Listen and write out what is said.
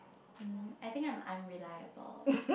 mm I think I'm unreliable